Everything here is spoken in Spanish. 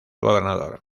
gobernador